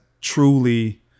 truly